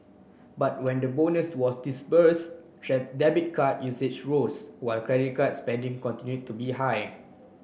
but when the bonus was disburse debit card usage rose while credit card spending continue to be high